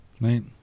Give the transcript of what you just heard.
right